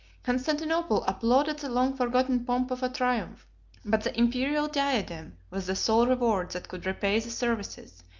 constantinople applauded the long-forgotten pomp of a triumph but the imperial diadem was the sole reward that could repay the services,